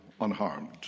unharmed